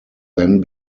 then